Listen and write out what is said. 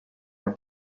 our